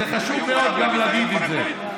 חשוב מאוד להגיד את זה.